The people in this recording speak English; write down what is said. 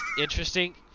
interesting